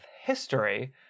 history